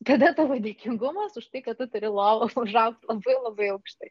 kada tavo dėkingumas už tai kad tu turi lovą užaugs labai labai aukštai